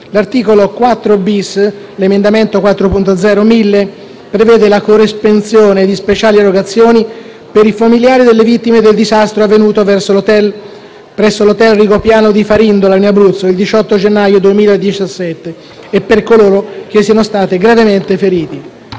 L'articolo 4-*bis* (emendamento 4.0.1000) prevede la corresponsione di speciali erogazioni per i familiari delle vittime del disastro avvenuto presso l'hotel «Rigopiano» di Farindola, in Abruzzo, il 18 gennaio 2017, e per coloro che siano stati gravemente feriti.